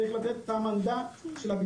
צריך לתת להן את מנדט הביצוע.